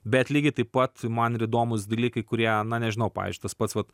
bet lygiai taip pat man ir įdomūs dalykai kurie nežinau pavyzdžiui tas pats vat